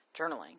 journaling